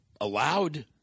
allowed